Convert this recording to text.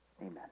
Amen